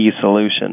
solution